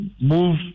move